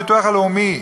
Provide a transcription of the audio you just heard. הביטוח הלאומי,